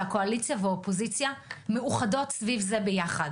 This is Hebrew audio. שהקואליציה והאופוזיציה מאוחדות סביב זה ביחד,